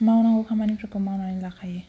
मावनांगौ खामानिफोरखौ मावनानै लाखायो